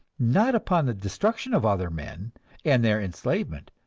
not upon the destruction of other men and their enslavement,